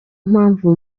mpamvu